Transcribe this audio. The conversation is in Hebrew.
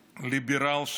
ליברל,